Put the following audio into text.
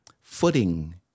footing